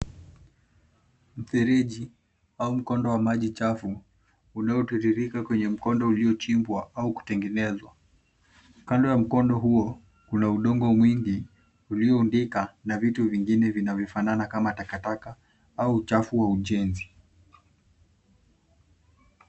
Mfereji au mkondo wa maji chafu unaotirirka kwenye mkondo uliochimbwa au kutengenezwa. Kando ya mkondo huo kuna udongo mwingi ulioundika na vitu vingine vinavyofanana kama takataka au uchafu wa ujenzi.